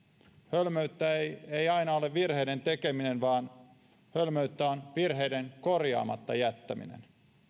hölmöyttä ei ei aina ole virheiden tekeminen vaan hölmöyttä on virheiden korjaamatta jättäminen